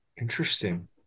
Interesting